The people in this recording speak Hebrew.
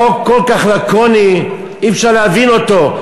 חוק כל כך לקוני, אי-אפשר להבין אותו.